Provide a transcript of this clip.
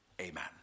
Amen